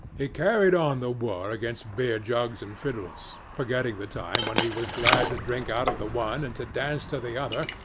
he carried on the war against beer-jugs and fiddles, forgetting the time when he was glad to drink out of the one, and to dance to the other,